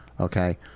Okay